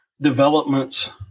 developments